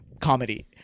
comedy